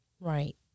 Right